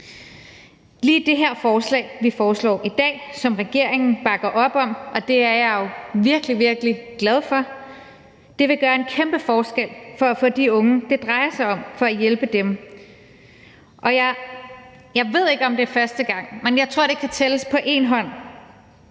Lige det her forslag, vi behandler i dag, og som regeringen bakker op om – og det er jeg jo virkelig, virkelig glad for – vil gøre en kæmpe forskel for de unge, det drejer sig om, altså med hensyn til at hjælpe dem. Og jeg ved ikke, om det er første gang, men jeg tror, at det kan tælles på én hånd,